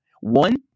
one